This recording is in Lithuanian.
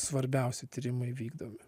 svarbiausi tyrimai vykdomi